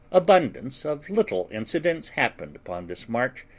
abundance of little incidents happened upon this march,